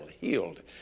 healed